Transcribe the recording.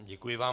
Děkuji vám.